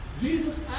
Jesus